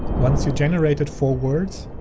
once you generated four words,